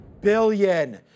billion